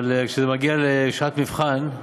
אבל כשזה מגיע לשעת מבחן,